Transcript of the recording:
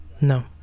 no